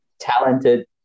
talented